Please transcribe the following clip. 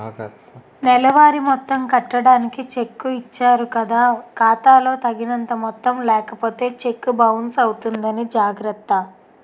నెలవారీ మొత్తం కట్టడానికి చెక్కు ఇచ్చారు కదా ఖాతా లో తగినంత మొత్తం లేకపోతే చెక్కు బౌన్సు అవుతుంది జాగర్త